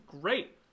great